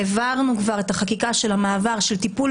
העברנו כבר את החקיקה של המעבר של טיפול